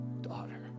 daughter